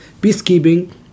Peacekeeping